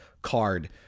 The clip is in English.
card